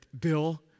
Bill